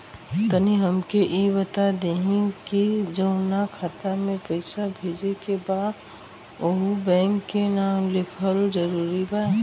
तनि हमके ई बता देही की जऊना खाता मे पैसा भेजे के बा ओहुँ बैंक के नाम लिखल जरूरी बा?